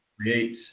create